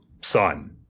son